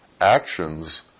actions